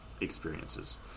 experiences